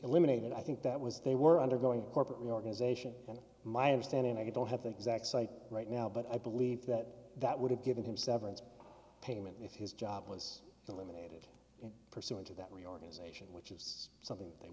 eliminated i think that was they were undergoing a corporate reorganization and my understanding i don't have the exact cite right now but i believe that that would have given him severance payment if his job was eliminated pursuant to that reorganization which is something they